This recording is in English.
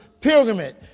pilgrimage